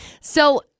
So-